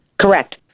Correct